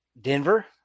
Denver